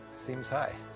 seems high.